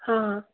हाँ